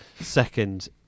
second